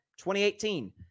2018